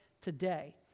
today